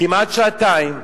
כמעט שעתיים,